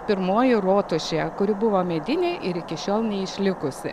pirmoji rotušė kuri buvo medinė ir iki šiol neišlikusi